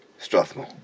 Strathmore